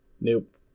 Nope